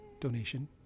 donation